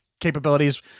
capabilities